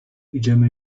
idziemy